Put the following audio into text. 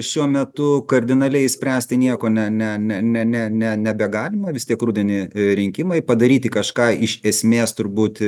šiuo metu kardinaliai spręst tai nieko ne ne ne ne ne ne nebegalima vis tiek rudenį rinkimai padaryti kažką iš esmės turbūt